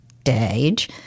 stage